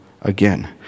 again